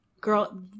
Girl